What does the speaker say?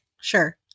sure